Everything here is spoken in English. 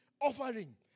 offering